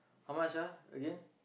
how much ah again